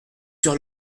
sur